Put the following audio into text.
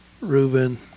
Reuben